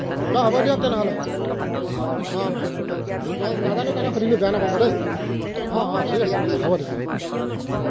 বাৰু হ'ব দিয়ক তেনেহ'লে অঁ অঁ নহয় নাজানো কাৰণে সুধিলো বেয়া নাপাব দেই অঁ অঁ ঠিক আছে ঠিক আছে হ'ব দিয়ক অঁ অঁ